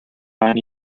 pan